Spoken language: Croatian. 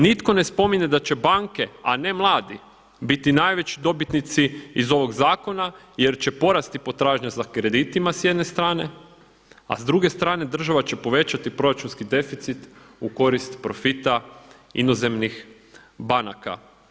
Nitko ne spominje da će banke, a ne mladi biti najveći dobitnici iz ovog zakona jer će porasti potražnja za kreditima s jedne strane, a s druge strane država će povećati proračunski deficit u korist profita inozemnih banaka.